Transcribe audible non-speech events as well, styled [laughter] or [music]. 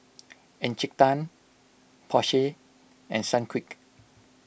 [noise] Encik Tan Porsche and Sunquick